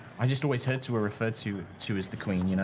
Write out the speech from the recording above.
i just always heard to her referred to to as the queen. you know